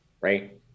right